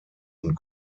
und